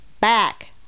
back